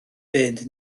fynd